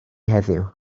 heddiw